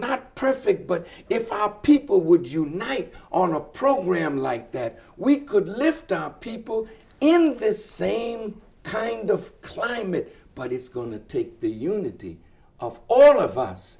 not perfect but if our people would unite on a program like that we could lift up people in the same kind of climate but it's going to take the unity of all of us